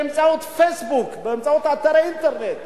באמצעות "פייסבוק", באמצעות אתר אינטרנט.